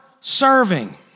serving